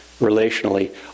relationally